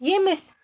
ییٚمِس